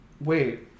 Wait